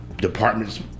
department's